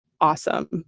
Awesome